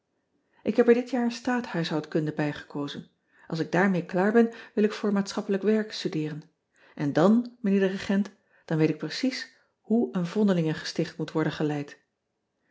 k heb er dit jaar staathuishoudkunde bij gekozen ls ik daarmee klaar ben wil ik voor maatschappelijk werk studeeren n dan lijnheer de egent dan weet ik precies hoe een vondelingengesticht moet worden geleid